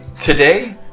Today